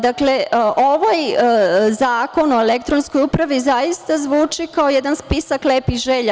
Dakle, ovaj Zakon o elektronskoj upravi zaista zvuči kao jedan spisak lepih želja.